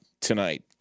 tonight